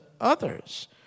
others